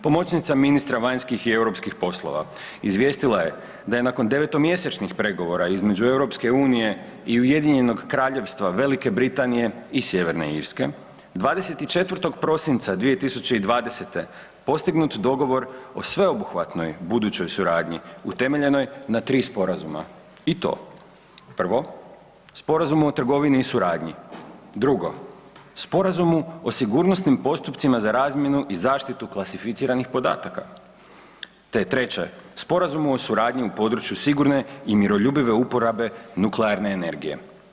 Pomoćnica ministra vanjskih i europskih poslova izvijestila je da je nakon 9-mjesečnih pregovora između EU i UK Velike Britanije i Sjeverne Irske 24. prosinca 2020. postignut dogovor o sveobuhvatnoj budućoj suradnji utemeljenoj na 3 sporazuma i to: 1. Sporazum o trgovini i suradnji, 2. Sporazumu o sigurnosnim postupcima za razmjenu i zaštitu klasificiranih podataka te 3. Sporazumu o suradnji u području sigurne i miroljubive uporabe nuklearne energije.